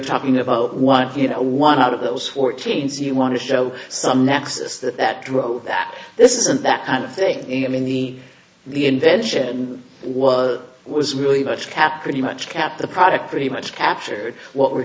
talking about wife you know one of those four chains you want to show some nexus that that drove that this isn't that kind of thing i mean the reinvention was was really much kept pretty much kept the product pretty much captured what we're